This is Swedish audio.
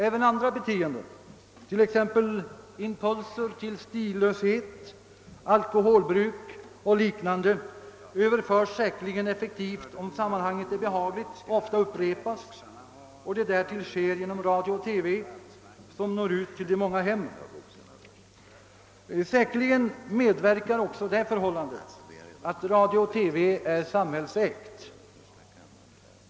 även andra beteenden, t.ex. impulser till stillöshet, alkoholbruk och liknande, överförs säkerligen effektivt, om sammanhanget är behagligt och ofta upprepas och påverkan därtill sker genom radio och TV, som når ut till de många hemmen. Utan tvivel medverkar också förhållandet att radio och TV är samhällsägda.